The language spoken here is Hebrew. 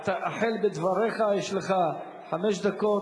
התחל בדבריך, יש לך חמש דקות.